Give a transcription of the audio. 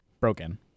Broken